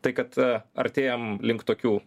tai kad a artėjam link tokių